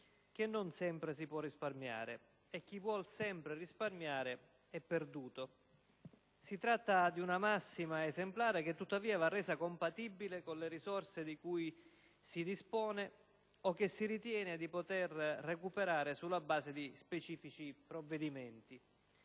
che non sempre si può risparmiare; chi vuol sempre risparmiare è perduto». Si tratta di una massima esemplare, che tuttavia va resa compatibile con le risorse di cui si dispone, o che si ritiene di poter recuperare sulla base di specifici provvedimenti.